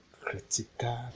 critical